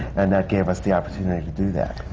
and that gave us the opportunity to do that.